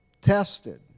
tested